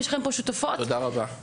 שבאמת יש לכם פה שותפות לדבר הזה,